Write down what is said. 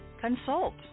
Consult